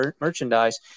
merchandise